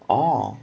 orh